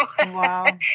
Wow